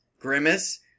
Grimace